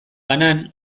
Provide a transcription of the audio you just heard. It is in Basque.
banan